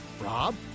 rob